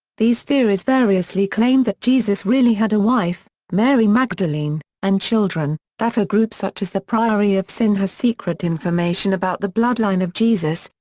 these theories variously claim that jesus really had a wife, mary magdalene, and children, that a group such as the priory of sion has secret information about the bloodline of jesus,